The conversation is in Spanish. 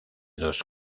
dos